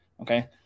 Okay